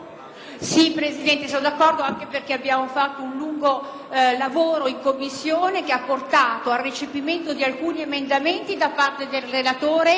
Presidente, sono d'accordo anche perché abbiamo svolto un lungo lavoro in Commissione, che ha portato al recepimento di alcuni emendamenti da parte del relatore